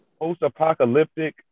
post-apocalyptic